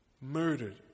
Murdered